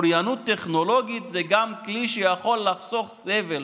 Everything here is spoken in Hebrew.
אוריינות טכנולוגית היא גם כלי שיכול לחסוך סבל